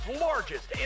Largest